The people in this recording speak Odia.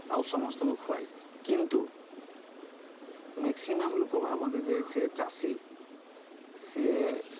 ଆଉ ସମସ୍ତଙ୍କୁ ଖୁଆଉ କିନ୍ତୁ ମେକ୍ସିମମ୍ ଲୋକ ଭାବନ୍ତେ ଯେ ସେ ଚାଷୀ ସେ